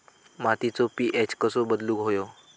मातीचो पी.एच कसो बदलुक होयो?